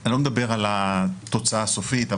ואני לא מדבר על התוצאה הסופית.